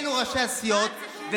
אלו ראשי הסיעות, מה הציבור בחר?